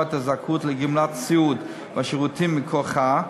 את הזכאות לגמלת סיעוד בשירותים מכוחה,